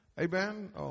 Amen